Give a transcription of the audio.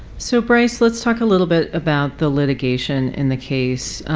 so bryce, let's talk a little bit about the litigation in the case.